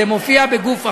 זה מופיע בגוף החוק,